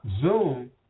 Zoom